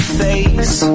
face